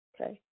okay